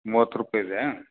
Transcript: ಮೂವತ್ತು ರೂಪಾಯಿ ಇದೆಯಾ